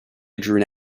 drew